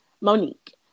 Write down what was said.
Monique